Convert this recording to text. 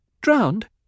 drowned